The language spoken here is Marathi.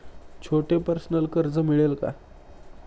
छोटे पर्सनल कर्ज मिळेल का?